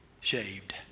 shaved